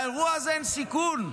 באירוע הזה אין סיכון,